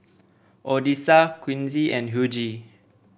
Odessa Quincy and Hughie